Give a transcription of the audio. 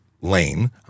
lane